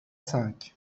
cinq